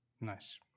Nice